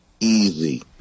easy